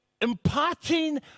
imparting